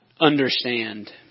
understand